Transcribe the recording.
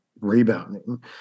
rebounding